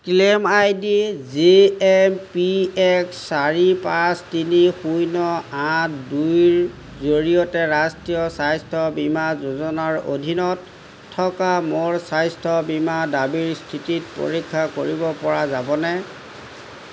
claim I D J M P X চাৰি পাঁচ তিনি শূন্য আঠ দুইৰ জৰিয়তে ৰাষ্ট্ৰীয় স্বাস্থ্য বীমা যোজনাৰ অধীনত থকা মোৰ স্বাস্থ্য বীমা দাবীৰ স্থিতিত পৰীক্ষা কৰিবপৰা যাবনে